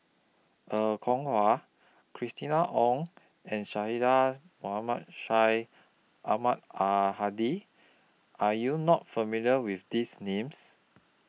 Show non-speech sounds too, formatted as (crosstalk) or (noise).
Er Kwong Wah Christina Ong and (unintelligible) Mohamed Syed Ahmad Al Hadi Are YOU not familiar with These Names